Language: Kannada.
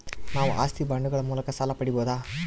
ನಾವು ಆಸ್ತಿ ಬಾಂಡುಗಳ ಮೂಲಕ ಸಾಲ ಪಡೆಯಬಹುದಾ?